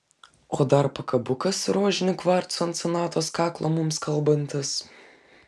o dar pakabukas su rožiniu kvarcu ant sonatos kaklo mums kalbantis